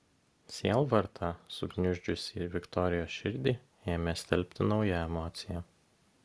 sielvartą sugniuždžiusį viktorijos širdį ėmė stelbti nauja emocija